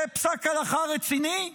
זה פסק הלכה רציני,